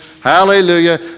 Hallelujah